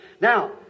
Now